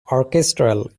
orchestral